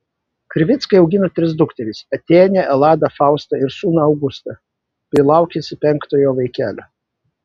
krivickai augina tris dukteris atėnę eladą faustą ir sūnų augustą bei laukiasi penktojo vaikelio